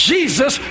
Jesus